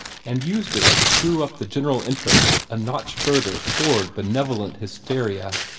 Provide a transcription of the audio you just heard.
and used it to screw up the general interest a notch further toward benevolent hysteria.